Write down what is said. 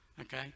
Okay